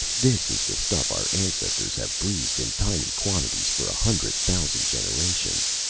this is the stuff our ancestors have breathed in tiny quantities for a hundred thousand generations!